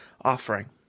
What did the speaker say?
offering